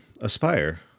Aspire